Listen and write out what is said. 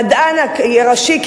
המדען הראשי,